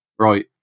Right